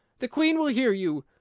the queen will hear you!